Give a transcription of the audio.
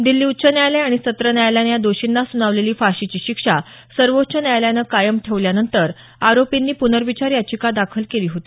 दिल्ली उच्च न्यायालय आणि सत्र न्यायालयानं या दोषींना सुनावलेली फाशीची शिक्षा सर्वोच्च न्यायालयानं कायम ठेवल्यानंतर आरोपींनी पुनर्विचार याचिका दाखल केली होती